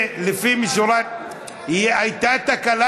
ולפנים משורת, הייתה תקלה